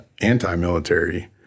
anti-military